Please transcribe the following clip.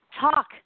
Talk